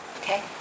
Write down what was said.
Okay